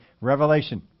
Revelation